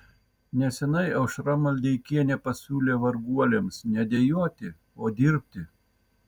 neseniai aušra maldeikienė pasiūlė varguoliams ne dejuoti o dirbti